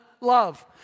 love